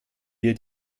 wir